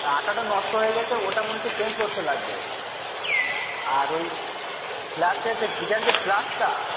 ওই আঠাটা নষ্ট হয়ে গেছে ওটা মনে হচ্ছে চেঞ্জ করতে লাগবে আর ওই ফ্ল্যাশে যে ডিজাইন যে ফ্ল্যাশটা